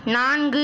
நான்கு